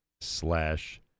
slash